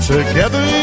Together